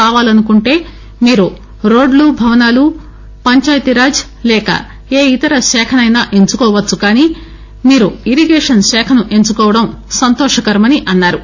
కావాలనుకుంటే మీరు రోడ్లు భవనాలు పంచాయితీరాజ్ లేక ఏ ఇతర శాఖసైనా ఎంచుకోవచ్చు కానీ మీరు ఇరిగేషన్ శాఖను ఎంచుకోవడం సంతోషకరమన్నారు